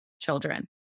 children